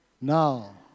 Now